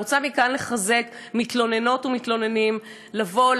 אני רוצה מכאן לחזק מתלוננות ומתלוננים לבוא,